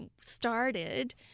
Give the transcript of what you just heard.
started